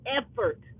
effort